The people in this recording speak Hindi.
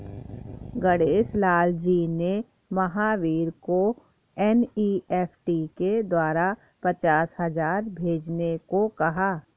गणेश लाल जी ने महावीर को एन.ई.एफ़.टी के द्वारा पचास हजार भेजने को कहा